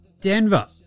Denver